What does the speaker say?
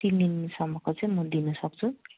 तिन दिनसम्मको चाहिँ म दिनु सक्छु